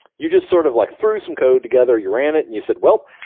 you just sort of like threw some code together, you ran it and you said, well,